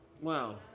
Wow